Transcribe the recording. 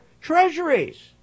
treasuries